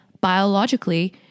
biologically